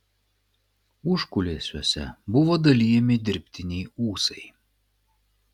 užkulisiuose buvo dalijami dirbtiniai ūsai